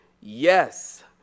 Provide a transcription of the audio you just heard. Yes